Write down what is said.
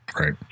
right